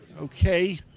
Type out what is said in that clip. okay